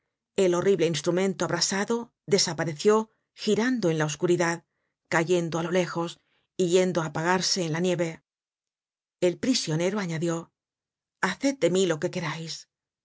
el horrible instrumento abrasado desapareció girando en la oscuridad cayendo á lo lejos y yendo á apagarse en la nieve el prisionero añadió haced de mí lo que querais